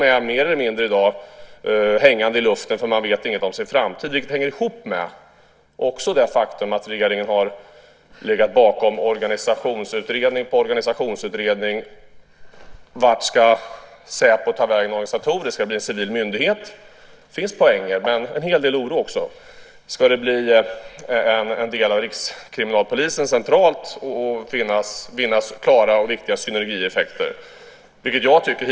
De är mer eller mindre hängande i luften; man vet ingenting om sin framtid. Det hänger ihop med det faktum att regeringen har legat bakom organisationsutredning på organisationsutredning om vart Säpo ska ta vägen organisatoriskt, det vill säga som myndighet. Det finns poänger med det men en hel del oro också. Ska den bli en del av rikskriminalpolisen centralt så att klara och viktiga synergieffekter kan vinnas?